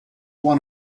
one